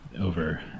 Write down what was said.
over